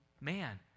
man